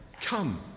come